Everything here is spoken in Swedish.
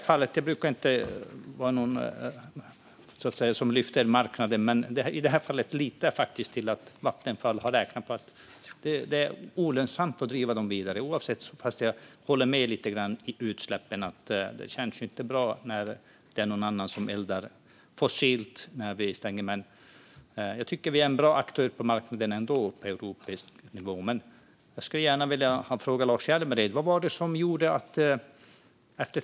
Jag brukar inte vara den som lyfter marknaden, men i det här fallet litar jag faktiskt på Vattenfalls uträkning att det är olönsamt att driva reaktorerna vidare. När det gäller utsläppen håller jag dock med om att det inte känns bra att någon annan eldar fossilt medan vi stänger. Jag tycker ändå att vi är en bra aktör på marknaden på europeisk nivå. Jag skulle dock gärna vilja ställa en fråga till Lars Hjälmered.